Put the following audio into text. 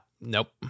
Nope